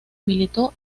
militó